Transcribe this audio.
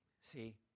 See